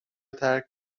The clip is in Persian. ترک